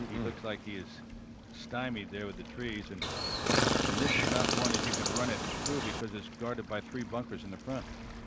and he looks like he is stymied there with the trees. and and this is not one that you can run it through because it's guarded by three bunkers in the front.